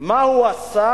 מה הוא עשה,